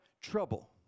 trouble